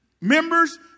members